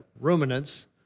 ruminants